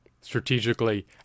strategically